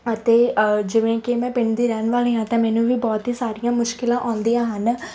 ਅਤੇ ਜਿਵੇਂ ਕਿ ਮੈਂ ਪਿੰਡ ਦੀ ਰਹਿਣ ਵਾਲੀ ਹਾਂ ਤਾਂ ਮੈਨੂੰ ਵੀ ਬਹੁਤ ਹੀ ਸਾਰੀਆਂ ਮੁਸ਼ਕਿਲਾਂ ਆਉਂਦੀਆਂ ਹਨ